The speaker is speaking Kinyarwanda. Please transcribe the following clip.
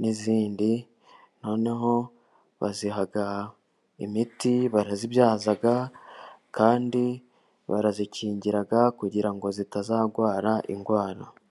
n'izindi noneho baziha imiti barazibyaza, kandi barazikingira kugira ngo zitazarwara indwara.